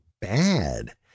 bad